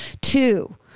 Two